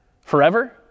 Forever